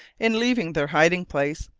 in leaving their hiding-place,